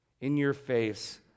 in-your-face